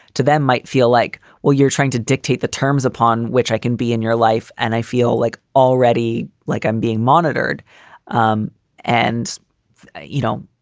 to them might feel like, well, you're trying to dictate the terms upon which i can be in your life. and i feel like already like i'm being monitored um and you don't.